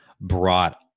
brought